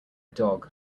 dog